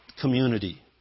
community